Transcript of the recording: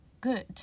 good